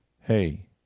hey